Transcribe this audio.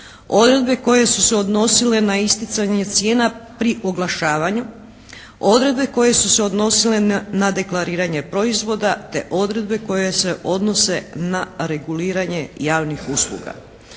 odredbe koje su se odnosile na isticanje cijena pri oglašavanju, odredbe koje su se odnosile na deklariranje proizvoda te odredbe koje se odnose na reguliranje javnih usluga.